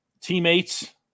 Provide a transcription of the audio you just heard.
teammates